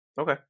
Okay